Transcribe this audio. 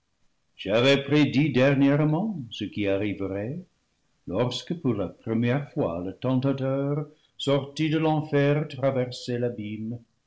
j'avais prédit dernièrement ce qui arri verait lorsque pour la première fois le tentateur sorti de l'en fer traversait l'abîme